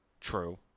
True